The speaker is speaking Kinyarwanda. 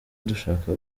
dushaka